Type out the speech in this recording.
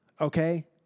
okay